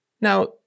Now